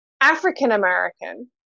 African-American